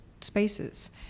spaces